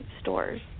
stores